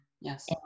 Yes